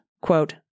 Quote